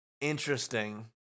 Interesting